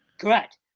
Correct